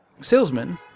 salesman